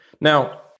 Now